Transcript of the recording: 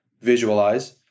visualize